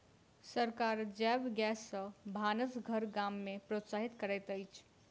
सरकार जैव गैस सॅ भानस घर गाम में प्रोत्साहित करैत अछि